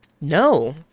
No